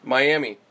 Miami